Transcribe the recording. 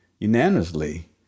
unanimously